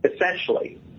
essentially